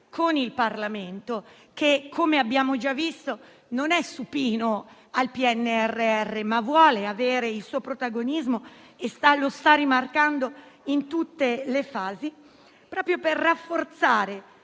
con il Parlamento, che come abbiamo già visto non è supino al PNRR, ma vuole avere il suo protagonismo e lo sta rimarcando in tutte le fasi, questo confronto